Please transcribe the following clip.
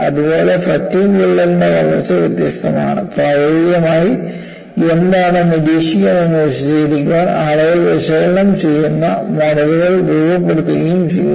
അതുപോലെ ഫാറ്റിഗ് വിള്ളലിന്റെ വളർച്ച വ്യത്യസ്തമാണ് പ്രായോഗികമായി എന്താണ് നിരീക്ഷിക്കുന്നതെന്ന് വിശദീകരിക്കാൻ ആളുകൾ വിശകലനം ചെയ്യുകയും മോഡലുകൾ രൂപപ്പെടുത്തുകയും ചെയ്തു